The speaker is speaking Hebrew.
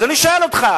אז אני שואל אותך,